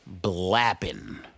Blapping